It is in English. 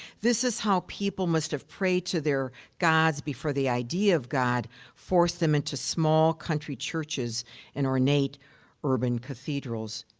this is how people must have prayed to their gods before the idea of god forced them into small country churches and ornate urban cathedrals.